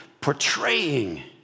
portraying